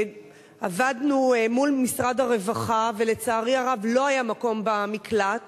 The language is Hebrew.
עבדנו מול משרד הרווחה ולצערי הרב לא היה מקום במקלט,